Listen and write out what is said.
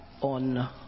on